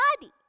body